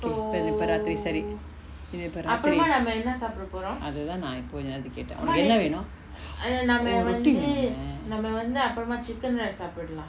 இப்ப இப்ப ராத்திரி சரி இது இப்ப ராத்திரி அததா நா இப்ப கொஞ்ச நேரத்துக்கு கேட்ட ஒனக்கு என்ன வேணு ஒரு ரொட்டி வேணுமா:ippa ippa raathiri sari ithu ippa raathiri athatha na ippa konja nerathuku keta onaku enna venu oru rotti venuma